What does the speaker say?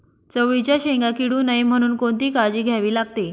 चवळीच्या शेंगा किडू नये म्हणून कोणती काळजी घ्यावी लागते?